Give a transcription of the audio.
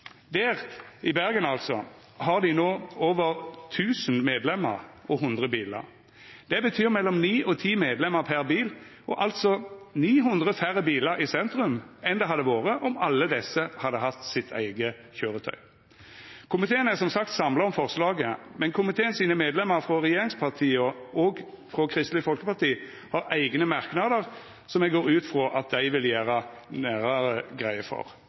Der – i Bergen, altså – har dei no over 1 000 medlemer og 100 bilar. Det betyr mellom ni og ti medlemer per bil og altså 900 færre bilar i sentrum enn det hadde vore om alle desse hadde hatt sitt eige køyretøy. Komiteen står som sagt samla om forslaget, men komiteen sine medlemer frå regjeringspartia og frå Kristeleg Folkeparti har eigne merknader, som eg går ut frå at dei vil gjera nærare greie for